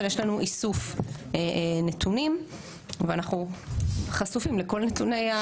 אבל יש לנו איסוף נתונים ואנחנו חשופים לכל נתוני.